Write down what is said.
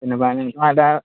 जेनेबा नोंहा दा